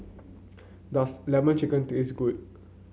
does lemon chicken taste good